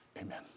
Amen